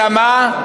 אלא מה?